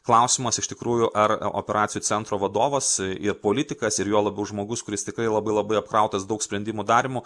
klausimas iš tikrųjų ar operacijų centro vadovas ir politikas ir juo labiau žmogus kuris tikrai labai labai apkrautas daug sprendimų darymu